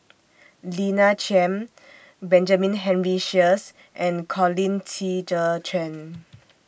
Lina Chiam Benjamin Henry Sheares and Colin Qi Zhe Quan